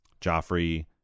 Joffrey